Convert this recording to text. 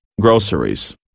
groceries